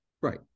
Right